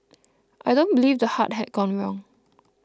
I don't believe the heart had gone wrong